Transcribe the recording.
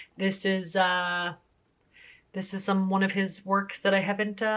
this is ah this is um one of his works that i haven't